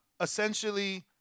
essentially